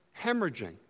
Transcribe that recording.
hemorrhaging